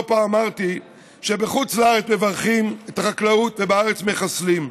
לא פעם אמרתי שבחוץ לארץ מברכים את החקלאות ובארץ מחסלים.